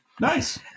Nice